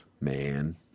man